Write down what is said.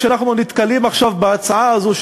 כשאנחנו נתקלים עכשיו בהצעה הזאת,